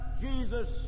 Jesus